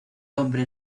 hombre